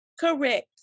Correct